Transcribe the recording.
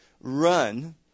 run